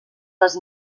les